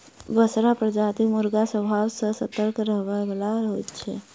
बसरा प्रजातिक मुर्गा स्वभाव सॅ सतर्क रहयबला होइत छै